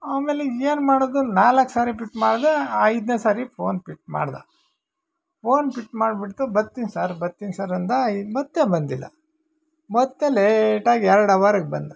ಆಮೇಲೆ ಏನು ಮಾಡೋದು ನಾಲ್ಕು ಸಾರಿ ಪಿಕ್ ಮಾಡಿದೆ ಐದನೇ ಸಾರಿ ಫೋನ್ ಪಿಕ್ ಮಾಡಿದ ಫೋನ್ ಪಿಕ್ ಮಾಡ್ಬಿಟ್ಟು ಬರ್ತಿನ್ ಸಾರ್ ಬರ್ತಿನ್ ಸಾರ್ ಅಂದ ಈಗ ಮತ್ತೆ ಬಂದಿಲ್ಲ ಮತ್ತೆ ಲೇಟಾಗಿ ಎರಡು ಅವರಿಗೆ ಬಂದ